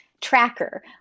tracker